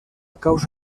causa